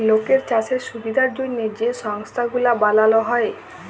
লকের চাষের সুবিধার জ্যনহে যে সংস্থা গুলা বালাল হ্যয়